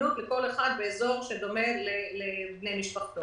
הזמינות באזור שדומה לבני משפחתו.